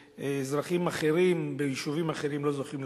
אזרחים אחרים ביישובים אחרים לא זוכים לכך.